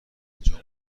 انجام